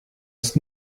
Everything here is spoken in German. ist